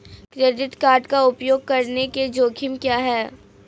Credit card का उपयोग करने के जोखिम क्या हैं?